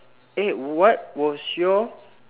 eh what was your